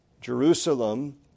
Jerusalem